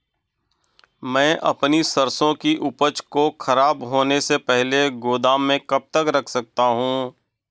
मैं अपनी सरसों की उपज को खराब होने से पहले गोदाम में कब तक रख सकता हूँ?